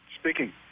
speaking